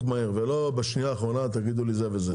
מהר ולא בשנייה האחרונה תגידו לי זה וזה.